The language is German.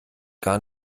gar